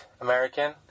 American